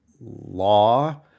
law